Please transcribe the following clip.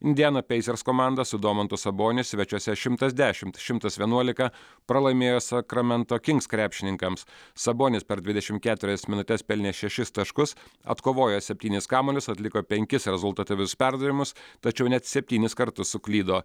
indiana peisers komanda su domantu saboniu svečiuose šimtas dešimt šimtas vienuolika pralaimėjo sakramento kings krepšininkams sabonis per dvidešimt keturias minutes pelnė šešis taškus atkovojo septynis kamuolius atliko penkis rezultatyvius perdavimus tačiau net septynis kartus suklydo